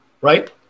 right